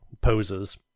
poses